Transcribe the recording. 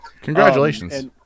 Congratulations